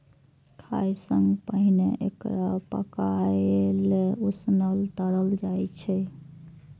खाय सं पहिने एकरा पकाएल, उसनल, तरल जाइ छै